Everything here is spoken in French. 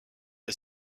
est